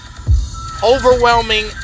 overwhelming